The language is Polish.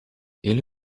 ile